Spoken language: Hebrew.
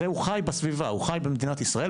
הוא חי בסביבה, הוא חי במדינת ישראל.